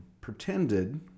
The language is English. pretended